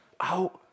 out